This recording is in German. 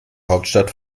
hauptstadt